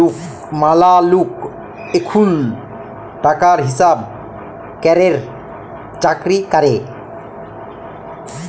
ম্যালা লক এখুল টাকার হিসাব ক্যরের চাকরি ক্যরে